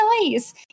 nice